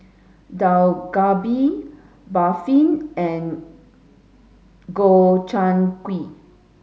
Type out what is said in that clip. Dak Galbi Barfi and Gobchang Gui